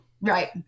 right